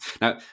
Now